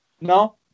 No